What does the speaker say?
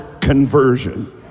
conversion